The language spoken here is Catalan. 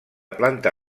planta